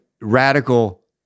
radical